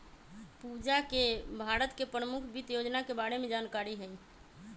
पूजा के भारत के परमुख वित योजना के बारे में जानकारी हई